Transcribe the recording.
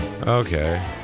Okay